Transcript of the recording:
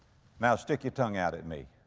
now stick your tongue out at me.